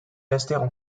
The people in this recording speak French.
restèrent